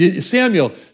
Samuel